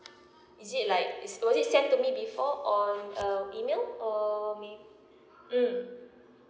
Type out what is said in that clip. is it like it's already sent to me before on a email or may mm